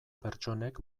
pertsonek